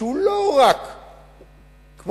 וזה לא רק צודק,